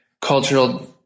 cultural